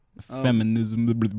Feminism